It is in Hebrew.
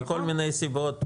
מכל מיני סיבות.